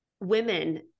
women